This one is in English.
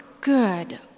good